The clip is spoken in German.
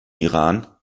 iran